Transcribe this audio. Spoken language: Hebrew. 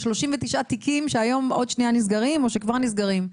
על שלושים ותשעה תיקים שהיום עוד שנייה נסגרים או שכבר נסגרים,